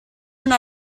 una